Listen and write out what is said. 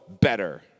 better